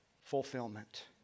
fulfillment